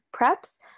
preps